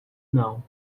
não